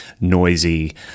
noisy